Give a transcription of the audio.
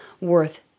worth